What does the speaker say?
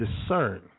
discern